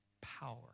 power